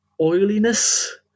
oiliness